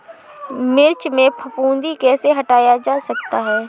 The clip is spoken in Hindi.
मिर्च में फफूंदी कैसे हटाया जा सकता है?